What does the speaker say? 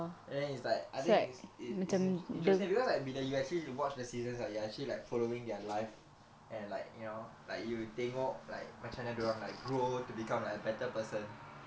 and then it's like I think is it is interesting because like you actually you watch the seasons like you actually like following their life and like you know like you tengok like macam dia orang like grow to become like a better person